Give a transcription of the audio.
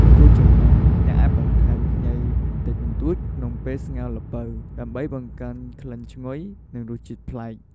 គួរចំណាំ អ្នកអាចបន្ថែម ខ្ញី បន្តិចបន្តួចក្នុងពេលស្ងោរល្ពៅ ដើម្បីបង្កើនក្លិនឈ្ងុយ និងរសជាតិប្លែក។